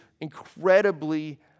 incredibly